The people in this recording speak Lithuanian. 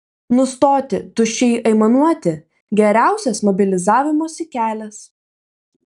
nustoti tuščiai aimanuoti geriausias mobilizavimosi kelias